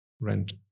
rent